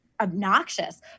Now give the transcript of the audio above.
obnoxious